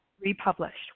republished